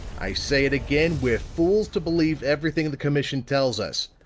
i say it again, we're fools to believe everything the commission tells us.